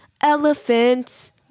elephants